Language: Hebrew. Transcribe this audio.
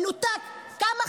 אני